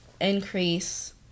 increase